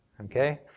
Okay